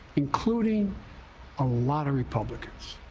including a lot of republicans.